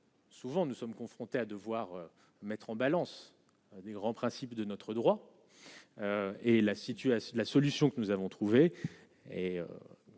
Souvent, nous sommes confrontés à devoir mettre en balance des grands principes de notre droit, et la situation, la solution que nous avons trouvé